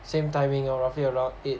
same timing lor roughly around